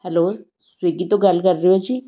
hello Swiggy ਤੋਂ ਗੱਲ ਕਰ ਰਹੇ ਹੋ ਜੀ